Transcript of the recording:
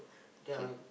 the